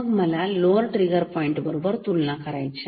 मग मला lower trigger point बरोबर तुलना करायची आहे